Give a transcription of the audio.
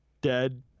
dead